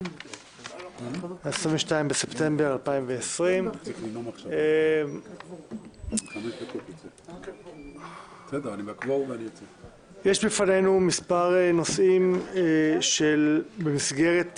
22 בספטמבר 2020. יש בפנינו מספר נושאים במסגרת